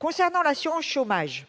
En matière d'assurance chômage,